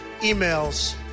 emails